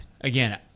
again